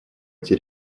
эти